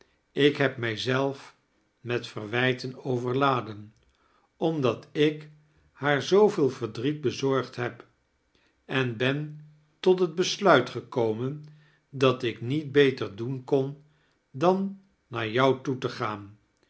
ik heb mij zelf met verwijten overladen omdat ik haar zooveel verdriet bezorgd heb en ben tot het besluit gekomen dat ik niet beter doen toon dan naar j on toe te gaan